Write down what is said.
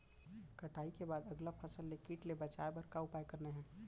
कटाई के बाद अगला फसल ले किट ले बचाए बर का उपाय करना हे?